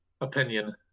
opinion